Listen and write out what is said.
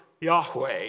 yahweh